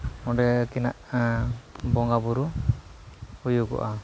ᱚᱸᱰᱮ ᱟᱹᱠᱤᱱᱟᱹᱜ ᱵᱚᱸᱜᱟᱼᱵᱩᱨᱩ ᱦᱩᱭᱩᱜᱚᱜᱼᱟ